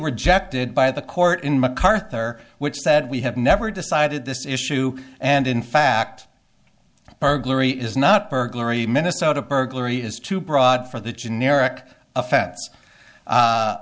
rejected by the court in macarthur which said we have never decided this issue and in fact burglary is not burglary minnesota burglary is too broad for the generic offense